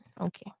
Okay